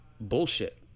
bullshit